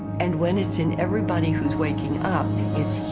and when it's in everybody, who's waking up it's